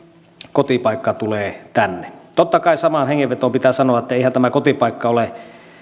kotipaikka tulee tänne totta kai samaan hengenvetoon pitää sanoa että eihän tämä kotipaikka ole